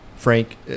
Frank